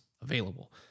available